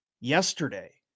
yesterday